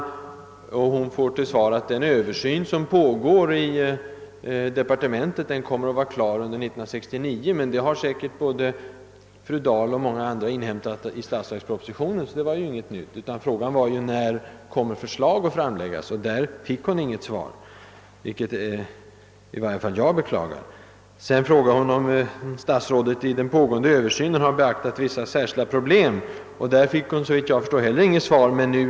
Hon har fått till svar att den översyn som pågår i departementet kommer att vara klar under 1969. Men detta har säkert både fru Dahl och många andra inhämtat av statsverkspropositionen och det var därför ingen nyhet. Frågan lydde: När kommer förslag att framläggas? På den frågan fick hon inte något svar, vilket i varje fall jag beklagar. Sedan frågade fru Dahl, om statsrådet vid den pågående översynen hade beaktat vissa särskilda problem. På den frågan fick hon, såvitt jag förstår, inte heller något svar.